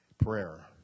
Prayer